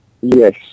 Yes